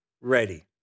ready